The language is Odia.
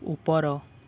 ଉପର